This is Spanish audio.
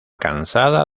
cansada